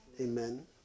Amen